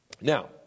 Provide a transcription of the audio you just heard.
Now